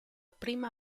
prima